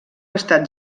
estat